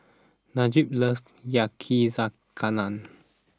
Najee loves Yakizakana